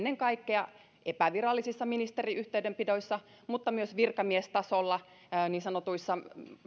ennen kaikkea epävirallisissa ministeriyhteydenpidoissa mutta myös virkamiestasolla niin sanotuissa